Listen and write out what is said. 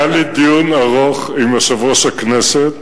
היה לי דיון ארוך עם יושב-ראש הכנסת.